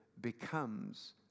becomes